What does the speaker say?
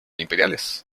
imperiales